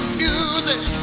music